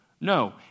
No